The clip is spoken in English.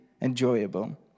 enjoyable